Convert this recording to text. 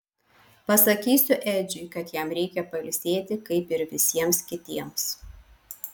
pasakysiu edžiui kad jam reikia pailsėti kaip ir visiems kitiems